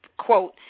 Quote